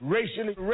Racially